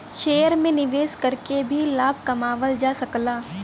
share में निवेश करके भी लाभ कमावल जा सकला